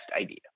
idea